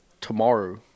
Tomorrow